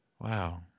wow